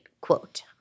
quote